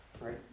Right